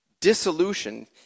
dissolution